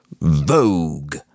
Vogue